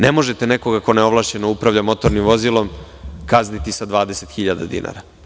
Ne možete nekoga ko neovlašćeno upravlja motornim vozilom kazniti sa 20.000 dinara.